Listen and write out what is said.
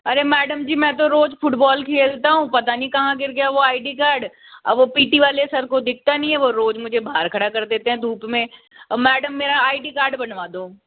अरे मैडम जी मैं तो रोज फुटबॉल खेलता हूँ पता नहीं कहा गिर गया वो आई डी कार्ड अब वो पी टी वाले सर को दिखता नहीं है वो रोज मुझे बाहर खड़ा कर देते हैं धूप में और मैडम मेरा आई डी कार्ड बनवा दो